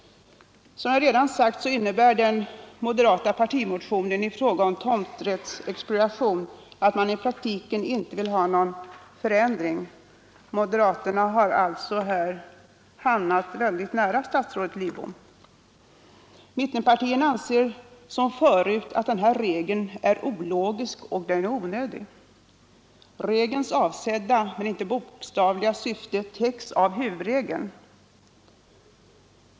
Som jag redan sagt innebär den moderata partimotionen i fråga om tomträttsexpropriation att man i praktiken inte vill ha någon förändring — moderaterna har alltså här hamnat väldigt nära statsrådet Lidbom. Mittenpartierna anser som förut att regeln om tomträttsexpropriation är ologisk och onödig. Regelns avsedda men inte bokstavliga syfte täcks av huvudregeln.